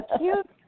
cute